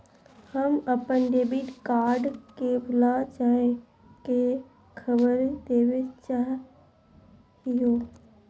हम अप्पन debit card के भुला जाये के खबर देवे चाहे हियो